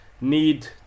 need